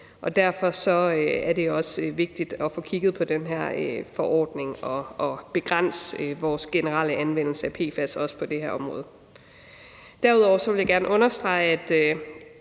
Derfor er det også vigtigt at få kigget på den her forordning og begrænse vores generelle anvendelse af PFAS på også det her område. Derudover vil jeg gerne understrege,